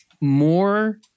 more